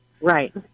Right